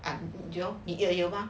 and do you are you yoga